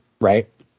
Right